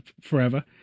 forever